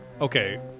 Okay